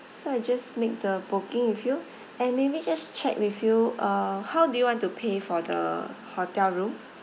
so I just make the booking with you and maybe just check with you uh how do you want to pay for the hotel room